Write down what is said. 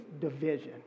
division